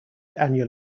annual